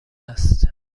است